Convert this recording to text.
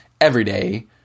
everyday